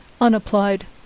unapplied